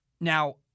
Now